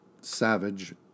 savage